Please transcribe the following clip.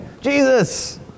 Jesus